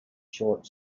short